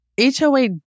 HOA